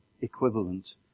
equivalent